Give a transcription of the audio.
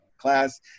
Class